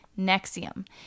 Nexium